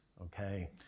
okay